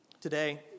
Today